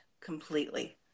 completely